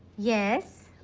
yes.